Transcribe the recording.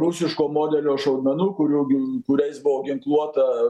rusiško modelio šaudmenų kurių gink kuriais buvo ginkluota